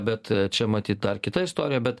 bet čia matyt dar kita istorija bet